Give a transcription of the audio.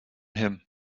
him